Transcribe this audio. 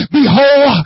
behold